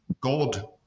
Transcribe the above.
God